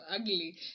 ugly